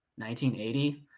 1980